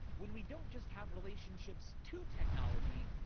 when we don't just have relationships to technology,